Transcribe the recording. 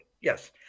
yes